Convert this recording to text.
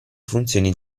funzioni